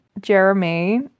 Jeremy